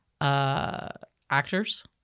actors